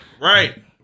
Right